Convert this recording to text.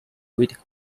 with